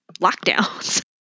lockdowns